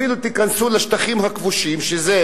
אפילו תיכנסו לשטחים הכבושים, שזה